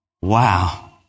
Wow